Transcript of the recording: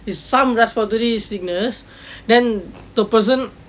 is some respiratory sickness then the person